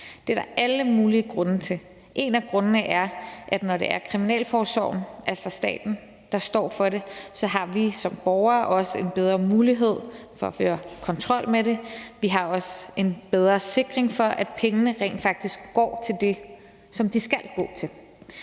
Det er der alle mulige grunde til. En af grundene er, at når det er kriminalforsorgen, altså staten, der står for det, så har vi som borgere også en bedre mulighed for at føre kontrol med det. Vi har også en bedre sikkerhed for, at pengene rent faktisk går til det, som de skal gå til.